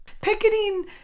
Picketing